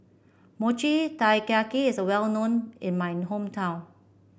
Mochi Taiyaki is well known in my hometown